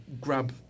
grab